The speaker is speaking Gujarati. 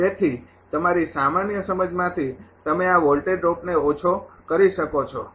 તેથી તમારી સામાન્ય સમજમાંથી તમે આ વોલ્ટેજ ડ્રોપને ઓછો કરી શકો છો